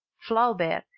flaubert,